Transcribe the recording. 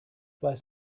weiß